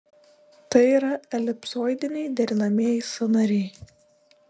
tai yra elipsoidiniai derinamieji sąnariai